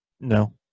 No